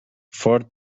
for